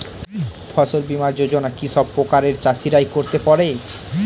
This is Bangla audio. ফসল বীমা যোজনা কি সব প্রকারের চাষীরাই করতে পরে?